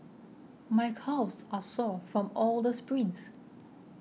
my calves are sore from all the sprints